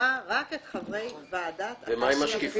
לספירה רק את חברי ועדת הקלפי --- ומה עם משקיפים?